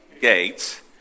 gates